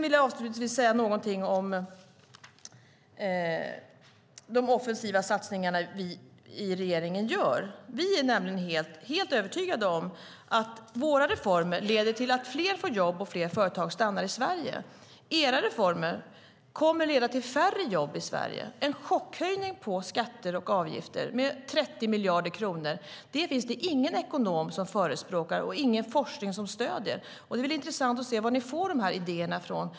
Avslutningsvis vill jag säga någonting om de offensiva satsningar som regeringen gör. Vi är nämligen helt övertygade om att våra reformer leder till att fler får jobb och fler företag stannar i Sverige. Era reformer kommer att leda till färre jobb i Sverige. Det blir en chockhöjning på skatter och avgifter med 30 miljarder kronor. Det finns det ingen ekonom som förespråkar och ingen forskning som stöder. Det är intressant att se var ni får dessa idéer ifrån.